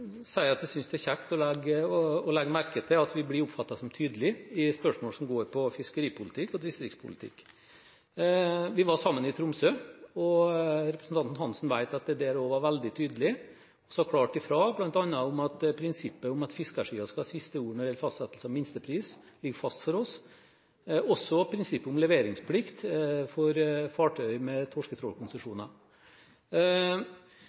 si at jeg synes det er kjekt å legge merke til at vi blir oppfattet som tydelige i spørsmål som gjelder fiskeripolitikk og distriktspolitikk. Vi var sammen i Tromsø, og representanten Hansen vet at jeg der også var veldig tydelig og sa klart ifra bl.a. om at prinsippet om at fiskersiden skal ha siste ordet når det gjelder fastsettelse av minstepris, ligger fast for oss, i tillegg til prinsippet om leveringsplikt for fartøy med